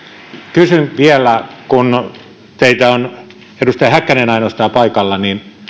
kysyn vielä kun teitä on ministeri häkkänen ainoastaan paikalla